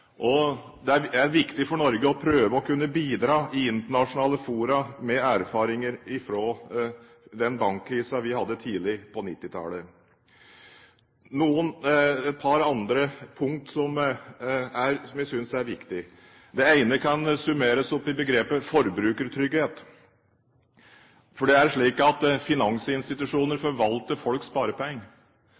er viktig for Norge å prøve å kunne bidra i internasjonale fora med erfaringer fra den bankkrisen vi hadde tidlig på 1990-tallet. Så et par andre punkt som jeg synes er viktig. Det ene kan summeres opp i begrepet «forbrukertrygghet». Det er slik at finansinstitusjoner forvalter folks sparepenger.